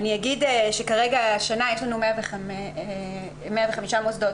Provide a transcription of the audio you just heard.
השנה דיווחו כ-105 מוסדות,